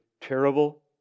terrible